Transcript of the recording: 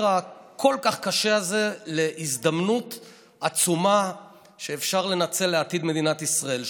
הכל-כך קשה הזה להזדמנות עצומה שאפשר לנצל לעתיד מדינת ישראל.